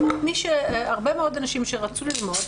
הרבה מאוד אנשים שרצו ללמוד,